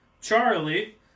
Charlie